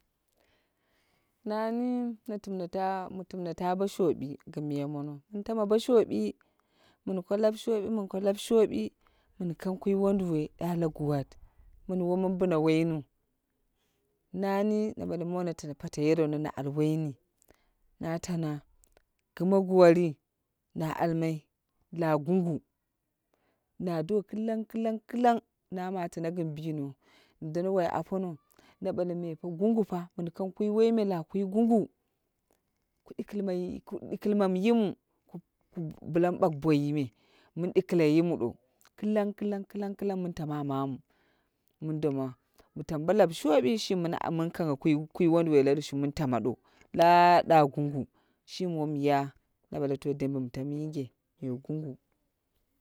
Nani na timne ta mu timne ta bo shobi gin miya mono. Min tama bo shobi min ko lab shobi min ko lab shobi min kang kwi wonduwoi ɗa la guwat. Mini wo min bina woinui. Nani na ɓale mone tano pate yerono na al woini. Na tana gima guwa yi na almai la gungu. Na do kilang kilang kilang na matina gin bino. Na dono wai apono na ɓale me pa gungu pa mun kanmg kwi woyime la kwi gungu. Ku dikilimam yimu la mu bak boiyi me, min dikila yimu dow kilang kilang kilang mun tama womamu, mun doma mu tamu bo kai showi shimi mun kangha kwi wonduwoi la lushu mun tama dow la ɗa gungu shimi wom ya na ɓale to dembne mu tam yinge me gungu.